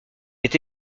est